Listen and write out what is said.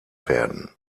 werden